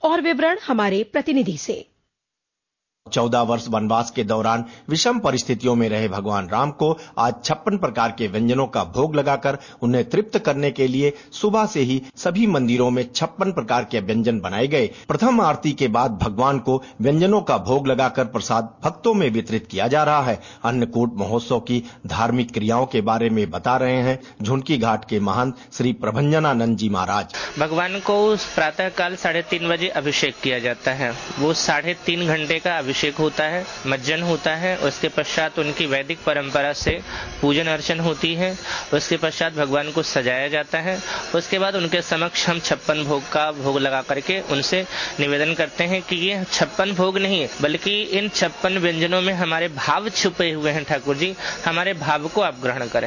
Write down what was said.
और विवरण हमारे प्रतिनिधि से चौदह वर्ष वनवास के दौरान विषम परिस्थियों में रहे भगवान राम को आज छप्पन प्रकार के व्यंजनों का भोग लगाकर उन्हें तृप्त करने के लिए सुबह से ही सभी मंदिरों में छप्पन प्रकार के व्यंजन बनाये गए द्य प्रथम आरती के बाद भगवान को व्यंजनों का भोग लगाकर प्रसाद भक्तों में वितरित किया जा रहा है द्य अन्नकूट महोत्सव की धार्मिक क्रियाओं के बारे में बता रहे हैं झुनकी घाट के महंत श्री प्रभंजनानंद जी महाराजभगवान् को प्रातः काल साढ़े तीन बजे अभिषेक किया जाता है वो साढ़े तीन घंटे का अभिषेक होता है द्यमज्जन होता हैउसके पश्चात् वैदिक परम्परा से पूजन अर्चन होती है द्यउसके बाद भगवान् को सजाया जाता हैउसके पश्वात् उनके समक्ष हम छप्पन भोग का भोग लगा करके निवेदन करते हैं की ये छप्पन भोग नहींबल्कि छप्पन भोग व्यंजनों में हमारे भाव छिपे हुए हैं ठाकुर जी हमरे भाव को आप ग्रहण करें